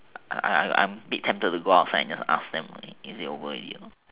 I I am a bit tempted to go outside and ask them is it over already or not